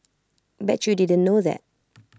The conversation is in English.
bet you didn't know that